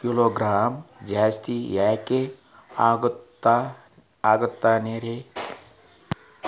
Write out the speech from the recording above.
Kilogram ಜಾಸ್ತಿ ಯಾಕ ತೂಗ್ತಾನ ರೇ?